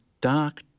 dark